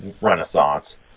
renaissance